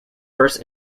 first